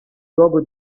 luogo